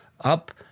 up